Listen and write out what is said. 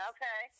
Okay